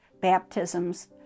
baptisms